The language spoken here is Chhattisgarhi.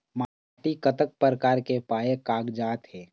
माटी कतक प्रकार के पाये कागजात हे?